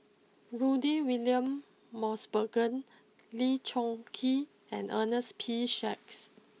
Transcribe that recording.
Rudy William Mosbergen Lee Choon Kee and Ernest P Shanks